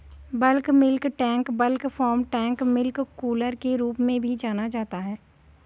bulk milk tank bulk farm tank milk cooler के रूप में भी जाना जाता है,